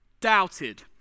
doubted